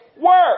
work